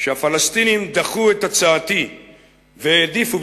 שהפלסטינים דחו את הצעתי והעדיפו,